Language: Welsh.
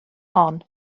hon